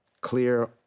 clear